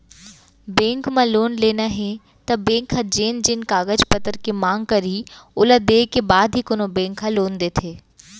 bank म loan लेना हे त बेंक ह जेन जेन कागज पतर के मांग करही ओला देय के बाद ही कोनो बेंक ह लोन देथे